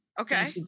Okay